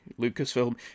Lucasfilm